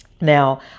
Now